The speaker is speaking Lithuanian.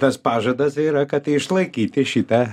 tas pažadas yra kad išlaikyti šitą